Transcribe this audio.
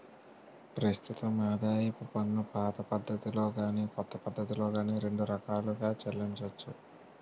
ప్రస్తుతం ఆదాయపు పన్నుపాత పద్ధతిలో గాని కొత్త పద్ధతిలో గాని రెండు రకాలుగా చెల్లించొచ్చు